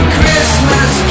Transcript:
Christmas